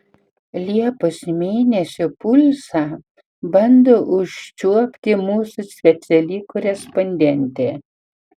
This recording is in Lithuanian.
liepos mėnesio pulsą bando užčiuopti mūsų speciali korespondentė